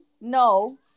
no